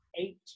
eight